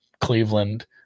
Cleveland